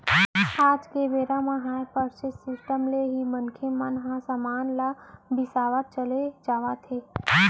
आज के बेरा म हायर परचेंस सिस्टम ले ही मनखे मन ह समान मन ल बिसावत चले जावत हे